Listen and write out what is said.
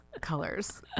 colors